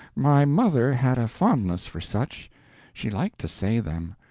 my mother had a fondness for such she liked to say them,